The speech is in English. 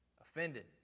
offended